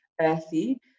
earthy